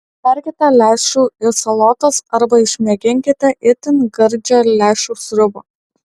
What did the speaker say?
berkite lęšių į salotas arba išmėginkite itin gardžią lęšių sriubą